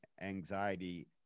anxiety